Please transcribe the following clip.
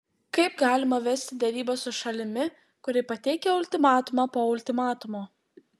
kaip galima vesti derybas su šalimi kuri pateikia ultimatumą po ultimatumo